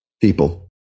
people